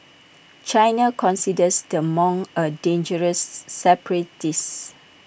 China considers the monk A dangerous separatist